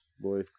boy